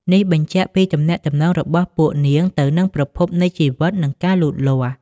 នេះបញ្ជាក់ពីទំនាក់ទំនងរបស់ពួកនាងទៅនឹងប្រភពនៃជីវិត និងការលូតលាស់។